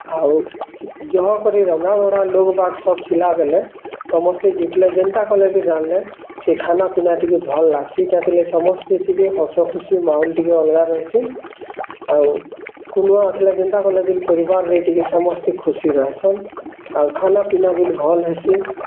ଆଉ ଜହ କରି ରନ୍ଧାବଢ଼ା ଲୋକବାକ୍ ସବ୍ ଥିଲାବେଲେ ସମସ୍ତେ ଜୁଟିଲେ ଯେନ୍ତା କଲେ ବି ରାନ୍ଲେ ସେ ଖାନାପିନା ଟିକେ ଭଲ୍ ଲାଗ୍ସି ସମସ୍ତେ ଥିବେ ହସଖୁସି ମାହୋଲ ଟିକେ ଅଲଗା ରହିସି ଆଉ କୁଲବା ବସିଲେ ଯେନ୍ତା କଲେବି ପରିବାରରେ ଟିକେ ସମସ୍ତେ ଖୁସି ରହିସନ୍ ଆଉ ଖାନାପିନା ବି ଭଲ୍ ହେସି